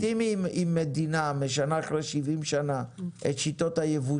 זה לגיטימי אם מדינה משנה אחרי 70 שנה את שיטות היבוא